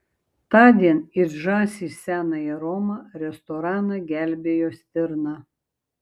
tądien it žąsys senąją romą restoraną gelbėjo stirna